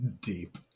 deep